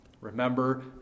Remember